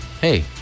hey